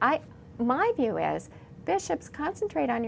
i might view as bishops concentrate on